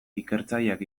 ikertzaileak